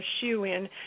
shoe-in